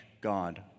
God